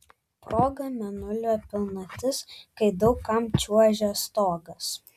proga mėnulio pilnatis kai daug kam čiuožia stogas